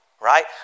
right